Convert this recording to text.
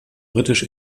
britisch